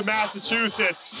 Massachusetts